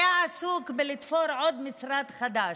היה עסוק בלתפור עוד משרד חדש.